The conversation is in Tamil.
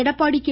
எடப்பாடி கே